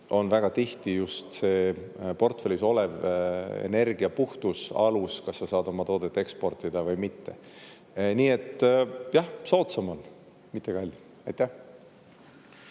on väga tihti just see portfellis olev energia puhtus alus, kas sa saad oma toodet eksportida või mitte. Nii et, jah, soodsam on, mitte kallim. Aitäh!